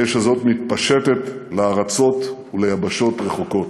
האש הזאת מתפשטת לארצות וליבשות רחוקות.